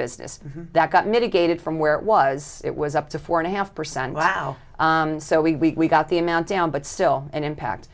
business that got mitigated from where it was it was up to four and a half percent wow so we got the amount down but still an impact